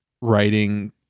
writing